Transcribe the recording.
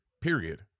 Period